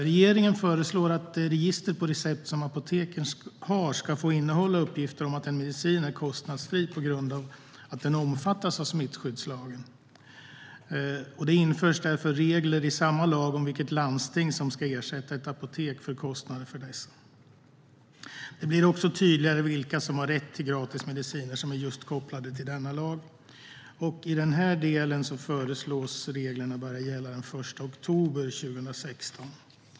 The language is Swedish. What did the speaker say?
Regeringen föreslår att de register på recept som apoteken har ska få innehålla uppgift om att en medicin är kostnadsfri på grund av att den omfattas av smittskyddslagen. Det införs därför regler i samma lag om vilket landsting som ska ersätta ett apotek för kostnaderna för dessa mediciner. Det blir också tydligare vilka som har rätt till gratis mediciner som är kopplade till just denna lag. I den här delen föreslås reglerna börja gälla den 1 oktober 2016.